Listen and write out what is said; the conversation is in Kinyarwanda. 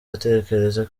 atekereza